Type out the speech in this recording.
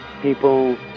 people